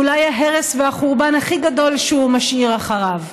היא אולי ההרס והחורבן הכי גדול שהוא משאיר אחריו.